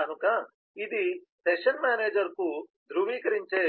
కనుక ఇది సెషన్ మేనేజర్కు ధృవీకరించే